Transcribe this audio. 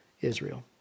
Israel